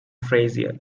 frasier